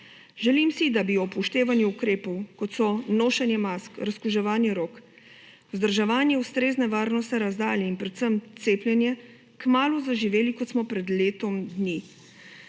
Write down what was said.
Želim si, da bi ob upoštevanju ukrepov kot so nošenje mask, razkuževanje rok, vzdrževanje ustrezne varnostne razdalje in predvsem cepljenje, kmalu zaživeli, kot smo pred letom dni.